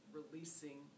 releasing